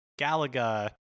Galaga